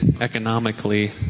economically